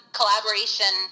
collaboration